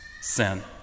sin